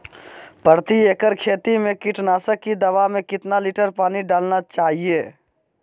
प्रति एकड़ खेती में कीटनाशक की दवा में कितना लीटर पानी डालना चाइए?